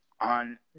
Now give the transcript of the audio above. on